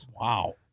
Wow